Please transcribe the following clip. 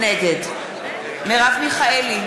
נגד מרב מיכאלי,